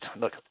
look